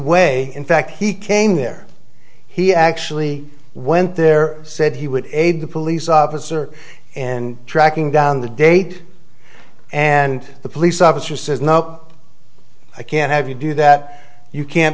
way in fact he came there he actually went there said he would aid the police officer in tracking down the date and the police officer says no i can't have you do that you can